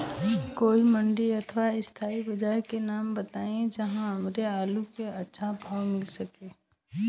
कोई मंडी अथवा स्थानीय बाजार के नाम बताई जहां हमर आलू के अच्छा भाव मिल सके?